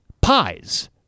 pies